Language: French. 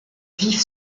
vif